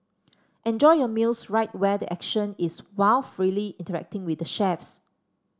enjoy your meals right where the action is while freely interacting with the chefs